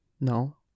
No